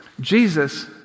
Jesus